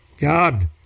God